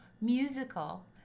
musical